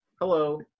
hello